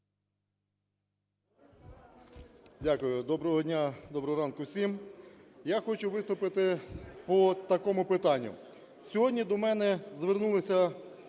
Дякую. Доброго дня! Доброго ранку всім! Я хочу виступити по такому питанню. Сьогодні до мене звернулися